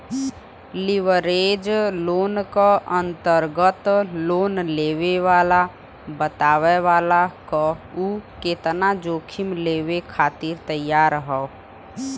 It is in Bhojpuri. लिवरेज लोन क अंतर्गत लोन लेवे वाला बतावला क उ केतना जोखिम लेवे खातिर तैयार हौ